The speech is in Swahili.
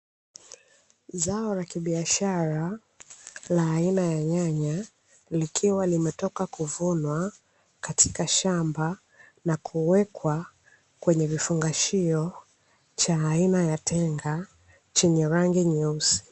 Zao la kibiashara la aina ya nyanya likiwa limetoka kuvunwa katika shamba na kuwekwa kwenye vifungashio cha aina ya tenga chenye rangi nyeusi